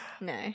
No